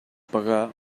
pagar